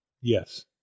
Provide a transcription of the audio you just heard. Yes